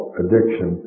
addiction